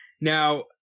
Now